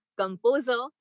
composer